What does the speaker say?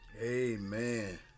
Amen